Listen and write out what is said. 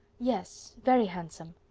yes, very handsome.